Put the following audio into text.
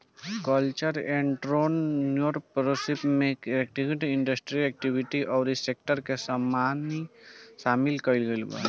cultural entrepreneurship में creative industry activity अउरी sector के सामिल कईल गईल बा